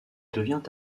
devient